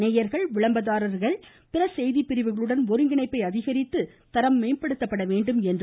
நேயர்கள் விளம்பரதாரர்கள் பிற செய்திப்பிரிவுகளுடன் ஒருங்கிணைப்பை அதிகரித்து தரத்தை மேம்படுத்த வேண்டும் என்றார்